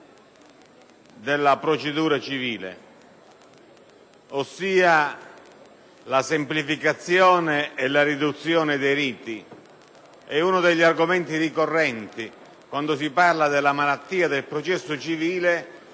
della procedura civile, ossia la semplificazione e la riduzione dei riti. Uno degli argomenti ricorrenti, quando si parla della malattia del processo civile,